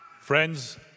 Friends